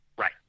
Right